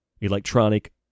electronic